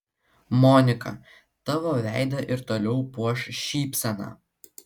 monika tavo veidą ir toliau puoš šypsena